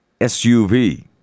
SUV